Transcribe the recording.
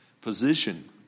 Position